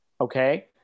Okay